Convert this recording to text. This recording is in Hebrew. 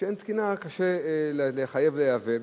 וכשאין תקינה קשה לחייב לייבא.